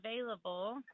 available